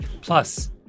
Plus